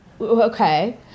okay